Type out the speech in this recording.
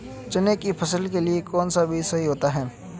चने की फसल के लिए कौनसा बीज सही होता है?